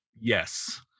Yes